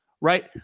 right